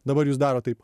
dabar jūs daro taip